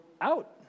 out